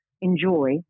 enjoy